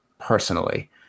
Personally